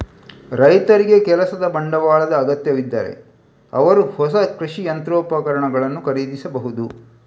ರೈತರಿಗೆ ಕೆಲಸದ ಬಂಡವಾಳದ ಅಗತ್ಯವಿದ್ದರೆ ಅವರು ಹೊಸ ಕೃಷಿ ಯಂತ್ರೋಪಕರಣಗಳನ್ನು ಖರೀದಿಸಬಹುದು